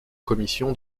commission